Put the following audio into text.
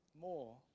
more